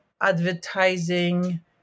advertising